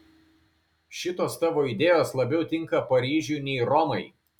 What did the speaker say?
šitos tavo idėjos labiau tinka paryžiui nei romai